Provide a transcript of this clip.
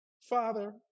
Father